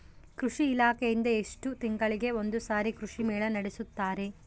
ಕೃಷಿ ಇಲಾಖೆಯಿಂದ ಎಷ್ಟು ತಿಂಗಳಿಗೆ ಒಂದುಸಾರಿ ಕೃಷಿ ಮೇಳ ನಡೆಸುತ್ತಾರೆ?